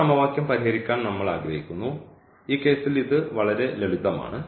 ഈ സമവാക്യം പരിഹരിക്കാൻ നമ്മൾ ആഗ്രഹിക്കുന്നു ഈ കേസിൽ ഇത് വളരെ ലളിതമാണ്